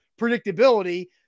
predictability